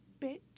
bitch